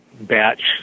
batch